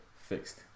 fixed